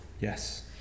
Yes